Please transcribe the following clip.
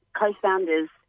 co-founders